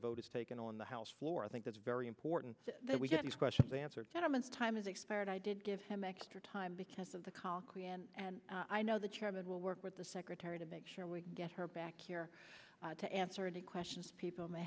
is taken on the house floor i think that's very important that we get these questions answered tenements time is expired i did give him extra time because of the i know the chairman will work with the secretary to make sure we get her back here to answer any questions people